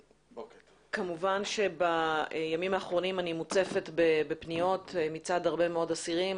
כמובן שבימים האחרונים אני מוצפת בפניות מצד הרבה מאוד אסירים